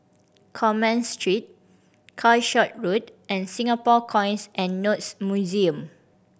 Commerce Street Calshot Road and Singapore Coins and Notes Museum